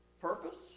purpose